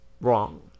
Wrong